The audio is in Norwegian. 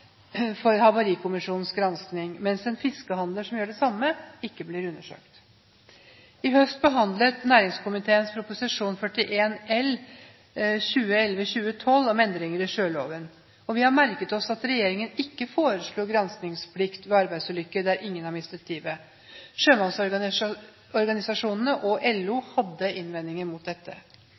for Havarikommisjonens gransking, mens en fiskehandler som gjør det samme, ikke blir undersøkt. I høst behandlet næringskomiteen Prop. 143 L for 2010–2011 om endringer i sjøloven. Vi har merket oss at regjeringen ikke foreslo granskingsplikt ved arbeidsulykker der ingen har mistet livet. Sjømannsorganisasjonene og LO hadde innvendinger mot dette.